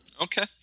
Okay